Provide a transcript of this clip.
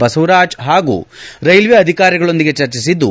ಬಸವರಾಜ ಹಾಗೂ ರೈಲ್ವೆ ಅಧಿಕಾರಿಗಕೊಂದಿಗೆ ಚರ್ಚಿಸಿದ್ದು